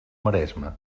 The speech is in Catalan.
maresme